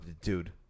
Dude